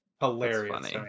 hilarious